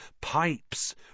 Pipes